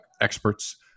experts